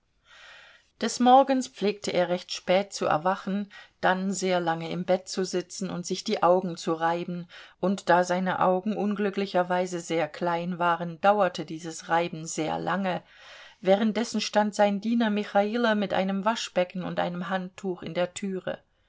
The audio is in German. des morgens pflegte er recht spät zu erwachen dann sehr lange im bett zu sitzen und sich die augen zu reiben und da seine augen unglücklicherweise sehr klein waren dauerte dieses reiben sehr lange währenddessen stand sein diener michailo mit einem waschbecken und einem handtuch in der türe